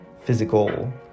physical